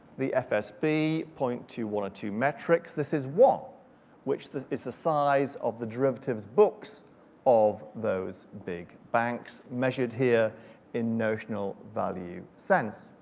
the fsb, zero point two one two metrics, this is one which this is the size of the derivatives books of those big banks measured here in notional value cents.